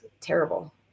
terrible